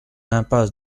impasse